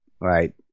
right